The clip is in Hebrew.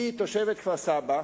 היא תושבת כפר-סבא,